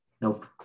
Nope